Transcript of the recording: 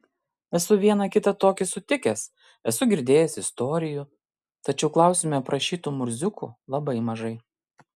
esu vieną kitą tokį sutikęs esu girdėjęs istorijų tačiau klausime aprašytų murziukų labai mažai